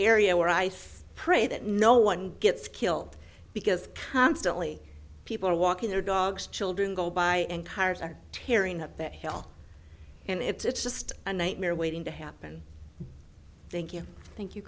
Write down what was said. where ice pray that no one gets killed because constantly people are walking their dogs children go by and cars are tearing up that hill and it's just a nightmare waiting to happen thank you thank you